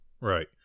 Right